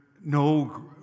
no